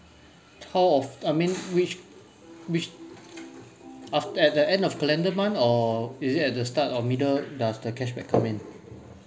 how of` I mean which which which af~ at the end of calendar month or is it at the start or middle does the cashback come in